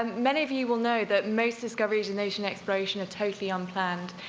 um many of you will know that most discovery, origination, exploration are totally unplanned.